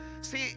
See